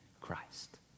Christ